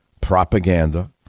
propaganda